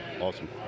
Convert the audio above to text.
Awesome